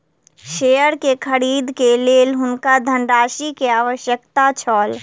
share के खरीद के लेल हुनका धनराशि के आवश्यकता छल